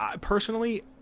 personally